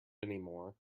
anymore